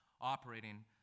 operating